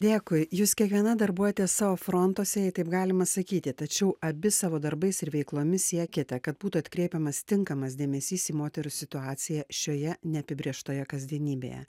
dėkui jūs kiekviena darbuojatės savo frontuose jei taip galima sakyti tačiau abi savo darbais ir veiklomis siekiate kad būtų atkreipiamas tinkamas dėmesys į moterų situaciją šioje neapibrėžtoje kasdienybėje